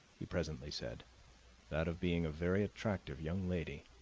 he presently said that of being a very attractive young lady.